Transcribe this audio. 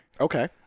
Okay